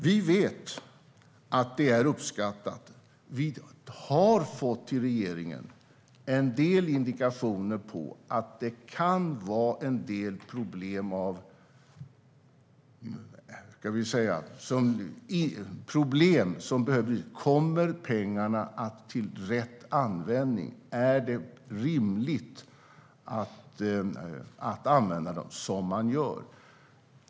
Vi vet att det är uppskattat, men vi har till regeringen fått en del indikationer på att det kan vara problem som har att göra med om pengarna kommer till rätt användning. Är det rimligt att använda dem som man gör?